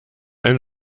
ein